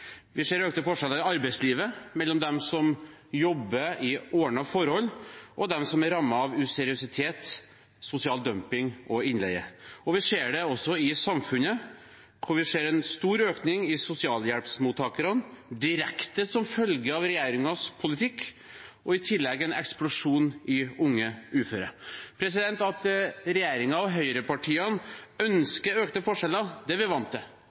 Vi ser økte forskjeller i arbeidslivet mellom dem som jobber under ordnede forhold, og dem som er rammet av useriøsitet, sosial dumping og innleie. Vi ser det også i samfunnet – vi ser en stor økning i antall sosialhjelpsmottakere, som en direkte følge av regjeringens politikk, og i tillegg en eksplosjon av unge uføre. At regjeringen og høyrepartiene ønsker økte forskjeller, er vi vant